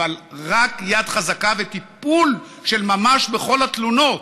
אבל רק יד חזקה וטיפול של ממש בכל התלונות.